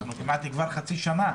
אנחנו כבר כמעט חצי שנה.